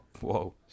Whoa